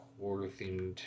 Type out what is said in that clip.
horror-themed